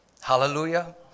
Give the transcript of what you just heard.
Hallelujah